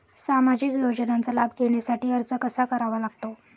सामाजिक योजनांचा लाभ घेण्यासाठी अर्ज कसा करावा लागतो?